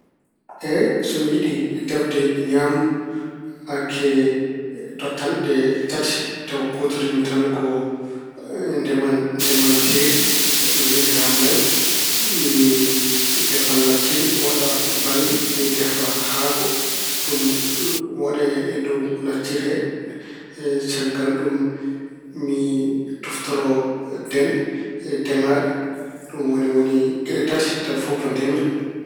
Eey, so tawi yiɗi defde ñaamdu hakke dottanɗe tati tawa kuutoriima tan ko ndeman- ndemanteeri, ina weeɓi haa maayi. Mi defan lacciri, mi waɗa bannge. Mi defa haako, mi waɗa ɗum mi waɗa e dow lacciri e. Caggal ɗum mi tuftoro dene demaaɗe. Ɗum woni wonii geɗe tati tawa fof ko ndeemri.